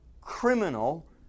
criminal